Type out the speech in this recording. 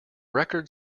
record